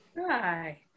Hi